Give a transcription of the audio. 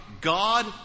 God